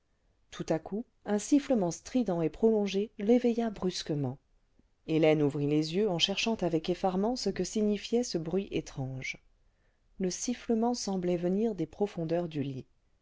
tout à coup un sifflement strident et prolongé l'éveilla brusquement hélène ouvrit les yeux en cherchant avec effarement ce que signifiait ce bruit étrange le sifflement semblait venir des profondeurs du lit